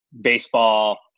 Baseball